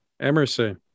Emerson